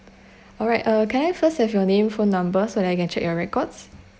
alright uh can I first have your name phone numbers so I can check your records